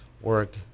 work